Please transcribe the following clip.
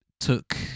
took